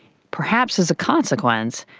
perhaps as a consequence,